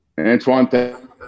Antoine